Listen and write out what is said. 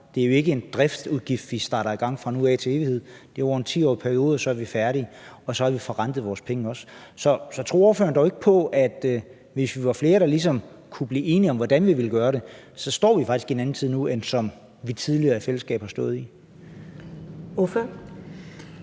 Det er jo ikke en driftsudgift, vi sætter i gang fra nu af og til evighed. Det er over en 10-årig periode, og så er vi færdige, og så har vi forrentet vores penge også. Så tror ordføreren da ikke på, at hvis vi var flere, der ligesom kunne blive enige om, hvordan vi ville gøre det, så står vi faktisk et andet sted nu, end vi tidligere i fællesskab har stået? Kl. 20:47 Første